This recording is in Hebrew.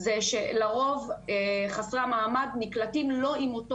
זה שלרוב חסרי המעמד נקלטים לא עם אותו